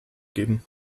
geben